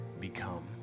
become